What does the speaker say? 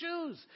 choose